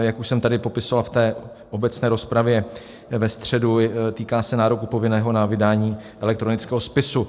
Jak už jsem tady popisoval v obecné rozpravě ve středu, týká se nároku povinného na vydání elektronického spisu.